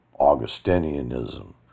Augustinianism